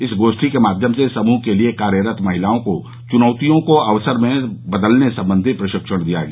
इस गोष्ठी के माध्यम से समूह के लिये कार्यरत महिलाओं को चुनौतियों को अवसर में बदलने संबंधी प्रशिक्षण दिया गया